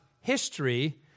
history